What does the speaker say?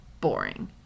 boring